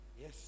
Yes